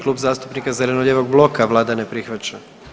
Klub zastupnika zeleno-lijevog bloka vlada ne prihvaća.